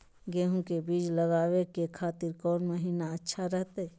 गेहूं के बीज लगावे के खातिर कौन महीना अच्छा रहतय?